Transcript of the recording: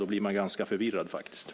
Då blir man faktiskt ganska förvirrad.